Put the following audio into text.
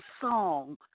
song